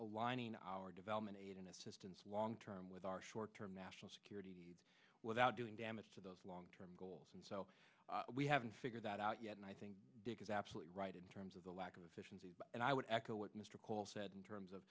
aligning our development aid and assistance long term with our short term national security without doing damage to those long term goals and so we haven't figured that out yet and i think dick is absolutely right in terms of the lack of efficiency and i would echo what mr cole said in terms of